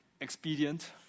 expedient